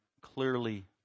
clearly